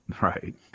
Right